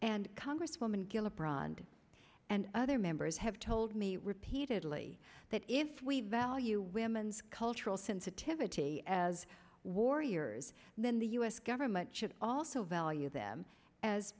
and congresswoman gillibrand and other members have told me repeatedly that if we value women's cultural sensitivity as warriors then the u s government should also value them as